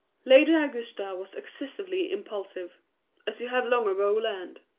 lady augusta was excessively impulsive as you have long ago learned.